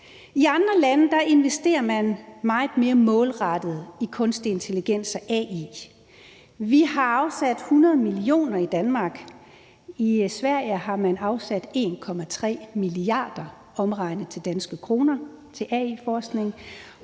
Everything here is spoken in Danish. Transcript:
I andre lande investerer man meget mere målrettet i kunstig intelligens og AI. Vi har afsat 100 millioner i Danmark, i Sverige har man afsat 1,3 milliarder omregnet til danske kroner til AI-forskning,